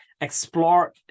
explore